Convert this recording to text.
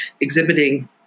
exhibiting